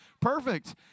perfect